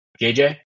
JJ